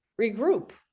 regroup